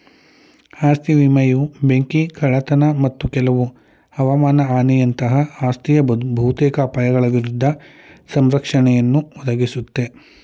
ಆಸ್ತಿ ವಿಮೆಯು ಬೆಂಕಿ ಕಳ್ಳತನ ಮತ್ತು ಕೆಲವು ಹವಮಾನ ಹಾನಿಯಂತಹ ಆಸ್ತಿಯ ಬಹುತೇಕ ಅಪಾಯಗಳ ವಿರುದ್ಧ ಸಂರಕ್ಷಣೆಯನ್ನುಯ ಒದಗಿಸುತ್ತೆ